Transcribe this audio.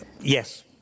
yes